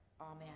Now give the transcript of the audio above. Amen